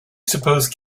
suppose